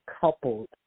coupled